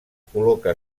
col·loca